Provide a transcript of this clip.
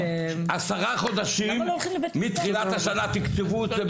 10 חודשים מתחילת השנה תקצבו את זה ,